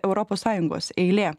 europos sąjungos eilė